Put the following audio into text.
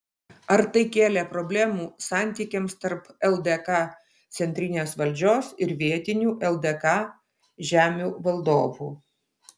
ar tai kėlė problemų santykiams tarp ldk centrinės valdžios ir vietinių ldk žemių valdovų